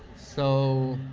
so,